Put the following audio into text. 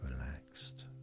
relaxed